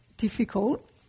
difficult